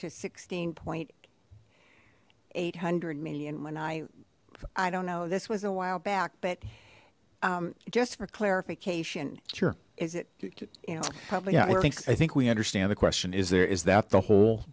to sixteen point eight hundred million when i i don't know this was a while back but just for clarification sure is it i think we understand the question is there is that the whole